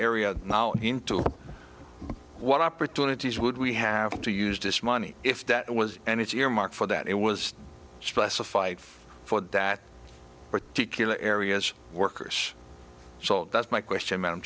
area now too what opportunities would we have to use this money if that was and it's earmarked for that it was specified for that particular areas workers so that's my question